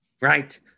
Right